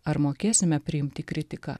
ar mokėsime priimti kritiką